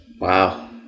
Wow